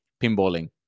pinballing